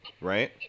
right